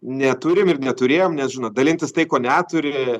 neturim ir neturėjom nes žinot dalintis tai kuo neturi